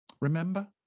Remember